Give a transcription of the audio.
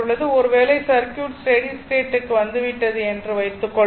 ஒரு வேளை circuit steady state க்கு வந்துவிட்டது என்று வைத்துக்கொள்வோம்